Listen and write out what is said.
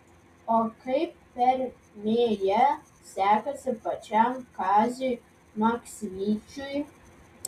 o kaip permėje sekasi pačiam kaziui maksvyčiui